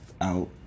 out